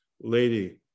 lady